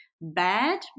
bad